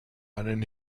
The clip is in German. einen